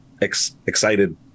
excited